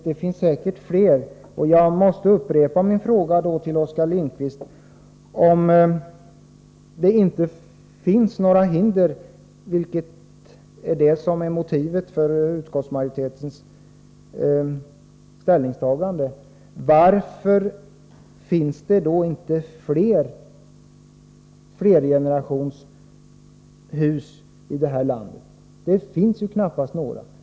Det finns säkert fler, och jag måste upprepa min fråga till Oskar Lindkvist: Om det inte finns några hinder — vilket är motivet för utskottsmajoritetens ställningstagande — varför finns det då inte mer av flergenerationshus i detta land? Det finns knappast några.